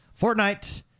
Fortnite